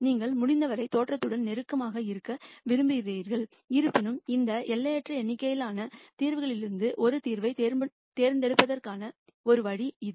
நீங்கள் முடிந்தவரை முன்பு இருந்ததற்கு நெருக்கமாக இருக்க விரும்புகிறீர்கள் இருப்பினும் இந்த இன்பிநெட் எண்ணிக்கையிலான தீர்வுகளிலிருந்து ஒரு தீர்வைத் தேர்ந்தெடுப்பதற்கான ஒரு வழி இது